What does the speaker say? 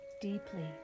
deeply